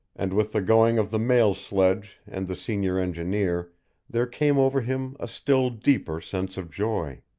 and with the going of the mail sledge and the senior engineer there came over him a still deeper sense of joy.